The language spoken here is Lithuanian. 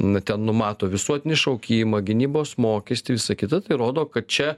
na ten numato visuotinį šaukimą gynybos mokestį visa kita tai rodo kad čia